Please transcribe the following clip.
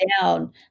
down